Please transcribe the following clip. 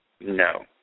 no